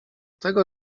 tego